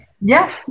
yes